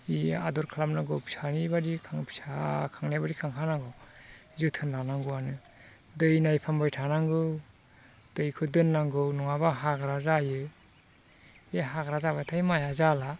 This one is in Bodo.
जि आदर खालामनांगौ फिसानि बादि फिसा खांनाय बादि खांखानांगौ जोथोन लानांगौआनो दै नायफ्लांबाय थानांगौ दैखौ दोननांगौ नङाबा हाग्रा जायो बे हाग्रा जाबाथाय माइया जाला